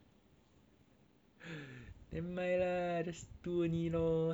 nevermind lah just do only lor so hard meh